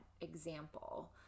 example